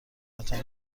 تان